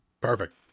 Perfect